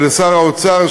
ולשר האוצר,